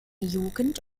jugend